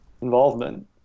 involvement